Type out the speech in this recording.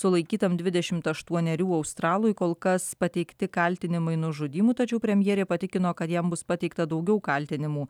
sulaikytam dvidešimt aštuonerių australui kol kas pateikti kaltinimai nužudymu tačiau premjerė patikino kad jam bus pateikta daugiau kaltinimų